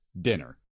dinner